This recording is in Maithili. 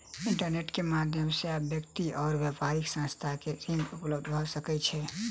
इंटरनेट के माध्यम से आब व्यक्ति आ व्यापारिक संस्थान के ऋण उपलब्ध भ सकै छै